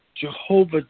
Jehovah